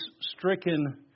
stricken